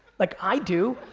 like i do.